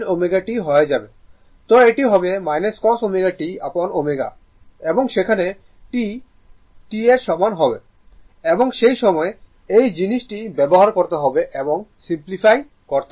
তো এটি হবে cos ω t upon ω এবং সেখানে T caπtal T এর সমান এবং সেই সময় এই জিনিসটি ব্যবহার করতে হবে এবং সিমপ্লিফাই করতে হবে